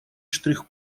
штрих